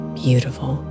beautiful